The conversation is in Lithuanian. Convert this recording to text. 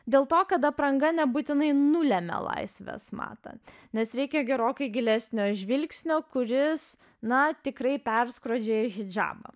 dėl to kad apranga nebūtinai nulemia laisvės matą nes reikia gerokai gilesnio žvilgsnio kuris na tikrai perskrodžia hidžabą